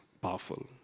powerful